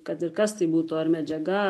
kad ir kas tai būtų ar medžiaga